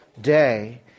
day